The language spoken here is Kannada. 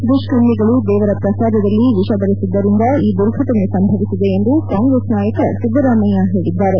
ದುಷ್ಕರ್ಮಿಗಳು ದೇವರ ಪ್ರಸಾದದಲ್ಲಿ ವಿಷ ಬೆರಸಿದ್ದರಿಂದ ಈ ದುರ್ಘಟನೆ ಸಂಭವಿಸಿದೆ ಎಂದು ಕಾಂಗ್ರೆಸ್ ನಾಯಕ ಸಿದ್ದರಾಮಯ್ಯ ಹೇಳಿದ್ದಾರೆ